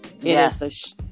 Yes